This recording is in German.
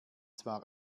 zwar